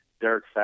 Derek